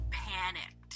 panicked